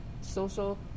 social